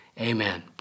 amen